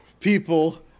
People